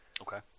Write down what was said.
okay